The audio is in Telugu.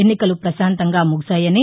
ఎన్నికలు పశాంతంగా ముగిశాయని